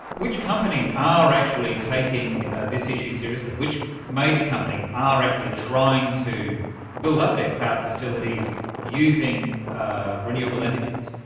which companies are actually taking this issue seriously? which major companies are actually trying to build up their cloud facilities using renewable energies?